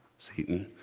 satan.